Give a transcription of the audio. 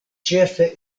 ĉefe